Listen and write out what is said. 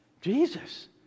Jesus